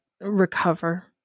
recover